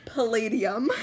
Palladium